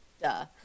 duh